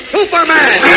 Superman